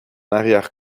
arrière